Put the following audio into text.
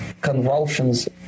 convulsions